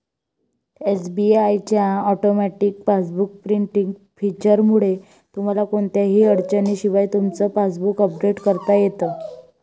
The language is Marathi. एस.बी.आय च्या ऑटोमॅटिक पासबुक प्रिंटिंग फीचरमुळे तुम्हाला कोणत्याही अडचणीशिवाय तुमचं पासबुक अपडेट करता येतं